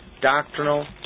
doctrinal